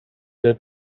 der